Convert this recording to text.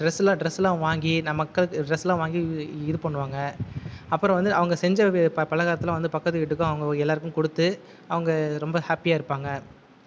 dress எல்லாம் dress எல்லாம் வாங்கி நம்மளுக்கு டிரஸ் எல்லாம் வாங்கி இது பண்ணுவாங்கள் அப்புறம் வந்து அவங்க செஞ்ச பலகாரத்தில் வந்து பக்கத்து வீட்டுக்கும் எல்லோருக்கும் கொடுத்து அவங்க ரொம்ப ஹேப்பியாக இருப்பாங்க